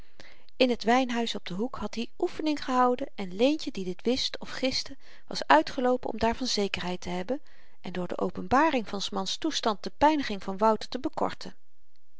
in t wynhuis op den hoek had hy oefening gehouden en leentje die dit wist of giste was uitgeloopen om daarvan zekerheid te hebben en door de openbaring van s mans toestand de pyniging van wouter te bekorten